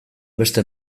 beste